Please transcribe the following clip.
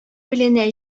беленә